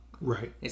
right